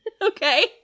Okay